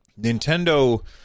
Nintendo